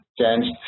changed